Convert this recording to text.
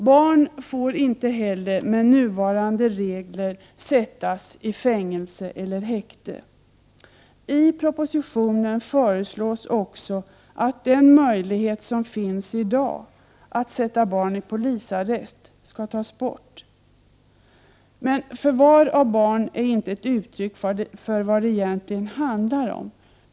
Barn får inte heller med nuvarande regler sättas i fängelse eller häkte. I propositionen föreslås också att den möjlighet som finns i dag att sätta barn i polisarrest skall tas bort. Förvar av barn är inte ett uttryck för vad det egentligen handlar om.